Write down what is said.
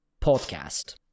podcast